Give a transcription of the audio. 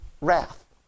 wrath